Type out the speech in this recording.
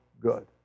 good